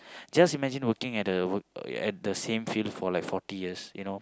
just imagine working at the work at the same field for like forty years you know